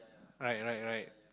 right right right